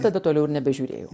tada toliau ir nebežiūrėjau